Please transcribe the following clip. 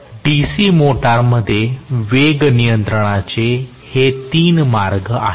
तर DC मोटरमध्ये वेग नियंत्रणाचे हे तीन मार्ग आहेत